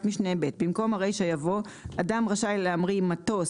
משנה (ב) - במקום הרישה יבוא: "אדם רשאי להמריא מטוס,